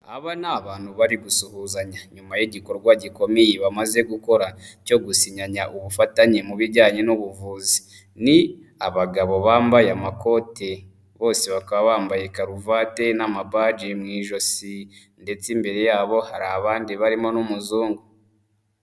Aba ni abantu bari gusuhuzanya, nyuma y'igikorwa gikomeye bamaze gukora cyo gusinyanya ubufatanye mu bijyanye n'ubuvuzi. Ni abagabo bambaye amakoti, bose bakaba bambaye karuvate n'amabaji mu ijosi ndetse imbere yabo hari abandi barimo n'umuzungu.